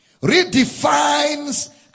redefines